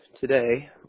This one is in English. today